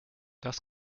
das